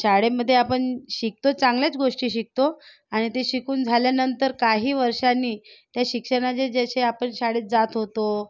शाळेमध्ये आपण शिकतो चांगल्याच गोष्टी शिकतो आणि ते शिकून झाल्यानंतर काही वर्षांनी त्या शिक्षणाचे जसे आपण शाळेत जात होतो